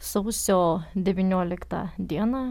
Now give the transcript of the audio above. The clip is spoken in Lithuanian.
sausio devynioliktą dieną